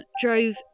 drove